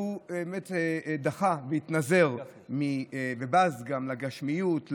הוא באמת דחה והתנזר ובז גם לגשמיות,